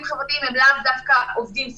חברתיים הם לאו דווקא עובדים סוציאליים,